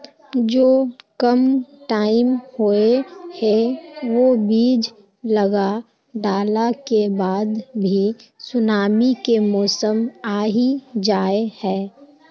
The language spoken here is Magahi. जो कम टाइम होये है वो बीज लगा डाला के बाद भी सुनामी के मौसम आ ही जाय है?